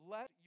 Let